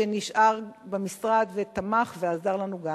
שנשאר במשרד, תמך ועזר לנו.